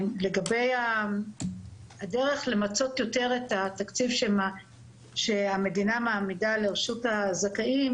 לגבי הדרך למצות יותר את התקציב שהמדינה מעמידה לרשות הזכאים,